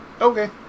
Okay